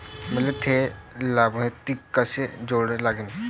मले थे लाभार्थी कसे जोडा लागन?